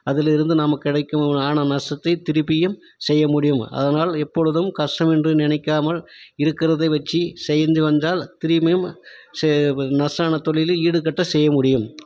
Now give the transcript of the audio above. அதிலிருந்து நமக்கு கிடைக்கும் ஆனால் நஷ்டத்தை திரும்பியும் செய்ய முடியும் அதனால் எப்பொழுதும் கஷ்டம் என்று நினைக்காமல் இருக்கிறதை வச்சு செய்து வந்தால் திரும்பியும் நஷ்டமான தொழிலை ஈடுக்கட்ட செய்ய முடியும்